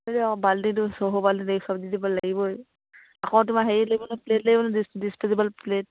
অঁ বাল্টিটো বাল্টি চব্জী দিব লাগিবয়ে আকৌ তোমাৰ হেৰি লাগিব ন প্লেট লাগিব নে ডিছপ'জেবল প্লেট